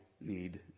need